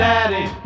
Daddy